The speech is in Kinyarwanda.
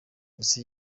ese